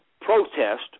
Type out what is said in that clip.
protest